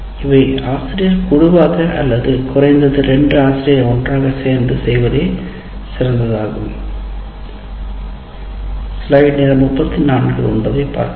இவை ஆசிரியக் குழுவாக அல்லது குறைந்தது 2 ஆசிரியர் கூட்டுறவு ஆக செய்வதே சிறந்ததாகும்